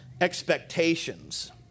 expectations